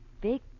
big